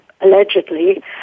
allegedly